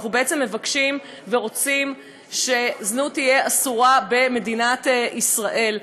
אנחנו בעצם מבקשים ורוצים שזנות תהיה אסורה במדינת ישראל.